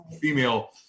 female